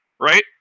Right